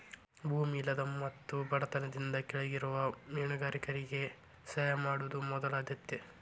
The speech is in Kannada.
ಭೂಮಿ ಇಲ್ಲದ ಮತ್ತು ಬಡತನದಿಂದ ಕೆಳಗಿರುವ ಮೇನುಗಾರರಿಗೆ ಸಹಾಯ ಮಾಡುದ ಮೊದಲ ಆದ್ಯತೆ